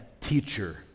teacher